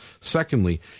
Secondly